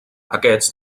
aquests